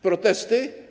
Protesty?